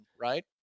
right